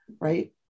right